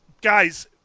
guys